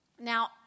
Now